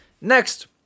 Next